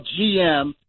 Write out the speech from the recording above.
GM